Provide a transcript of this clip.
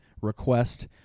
request